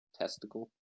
testicle